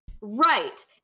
Right